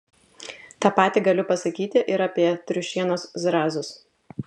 tą patį galiu pasakyti ir apie triušienos zrazus